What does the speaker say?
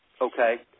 Okay